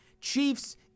Chiefs